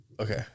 Okay